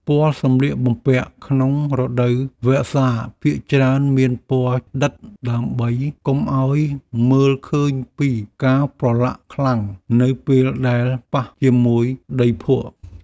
ពណ៌សម្លៀកបំពាក់ក្នុងរដូវវស្សាភាគច្រើនមានពណ៌ដិតដើម្បីកុំឱ្យមើលឃើញពីការប្រឡាក់ខ្លាំងនៅពេលដែលប៉ះជាមួយដីភក់។